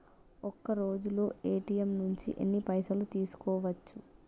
ఒక్కరోజులో ఏ.టి.ఎమ్ నుంచి ఎన్ని పైసలు తీసుకోవచ్చు?